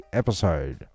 episode